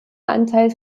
anteil